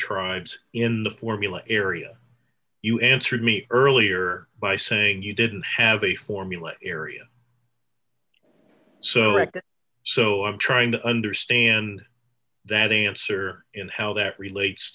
tribes in the formula area you answered me earlier by saying you didn't have a formula area so so i'm trying to understand that answer and how that relates